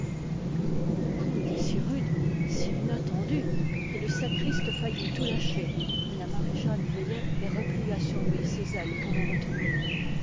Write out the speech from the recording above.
le coup était si rude si inattendu que le sacriste faillit tout lâcher mais la marie-jeanne veillait et replia sur lui ses ailes pour le retenir